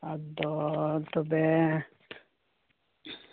ᱟᱫᱚ ᱛᱚᱵᱮ